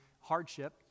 hardship